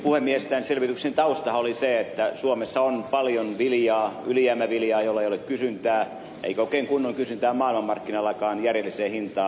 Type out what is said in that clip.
tämän selvityksen taustahan oli se että suomessa on paljon ylijäämäviljaa jolla ei ole kysyntää eikä oikein kunnon kysyntää maailmanmarkkinoillakaan järjelliseen hintaan